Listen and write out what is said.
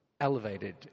elevated